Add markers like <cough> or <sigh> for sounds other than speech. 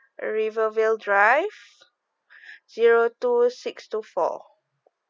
uh rivervale drive <breath> zero two six two four